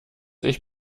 ich